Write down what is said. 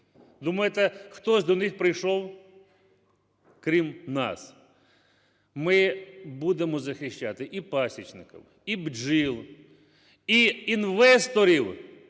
Думаєте, хтось до них прийшов, крім нас? Ми будемо захищати і пасічників, і бджіл, і інвесторів